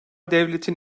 devletin